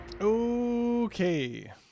Okay